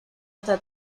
hasta